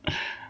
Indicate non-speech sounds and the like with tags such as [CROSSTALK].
[BREATH]